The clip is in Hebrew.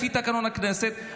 לפי תקנון הכנסת,